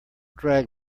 drag